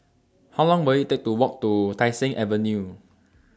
How Long Will IT Take to Walk to Tai Seng Avenue